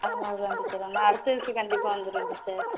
ஆ அதான் டீச்சர் நான் அடுத்த இதுக்கு கண்டிப்பாக வந்துடுவேன் டீச்சர்